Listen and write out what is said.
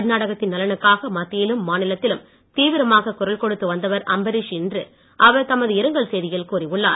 கர்நாடகத்தின் நலனுக்காக மத்தியிலும் மாநிலத்திலும் தீவிரமாகக் குரல் கொடுத்து வந்தவர் அம்பரீஷ் என்று அவர் தமது இரங்கல் செய்தியில் கூறியுள்ளார்